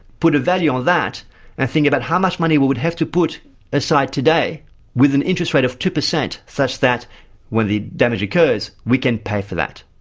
put a value on that and think about how much money we would have to put aside today with an interest rate of two percent such that when the damage occurs we can pay for that.